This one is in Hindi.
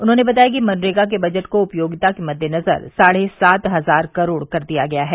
उन्होंने बताया कि मनरेगा के बजट को उपयोगिता के मद्देनजर साढ़े सात हजार करोड़ कर दिया गया है